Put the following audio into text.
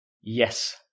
Yes